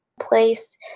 place